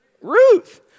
Ruth